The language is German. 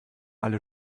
alle